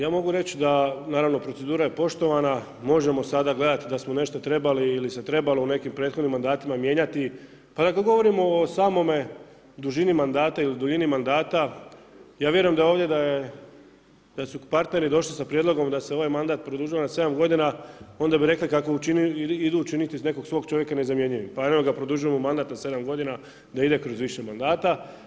Ja mogu reći, naravno da procedura je poštovana, možemo sada gledati da smo nešto trebali ili se trebalo u nekim prethodnim mandatima mijenjati, ali ako govorimo o samome dužini mandata ili duljini mandata, ja vjerujem da ovdje da je, da su partneri došli sa prijedlogom da se ovaj mandat produžava 7 godina, onda bi rekli kako idu činiti iz nekog svog čovjeka nezamjenjivim, pa evo ga, produžuju mu mandat na 7 godina da ide kroz više mandata.